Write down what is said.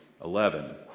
11